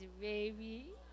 baby